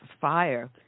fire